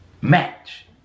match